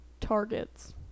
targets